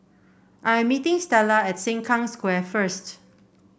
I'm meeting Stella at Sengkang Square first